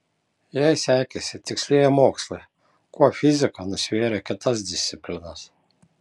jei sekėsi tikslieji mokslai kuo fizika nusvėrė kitas disciplinas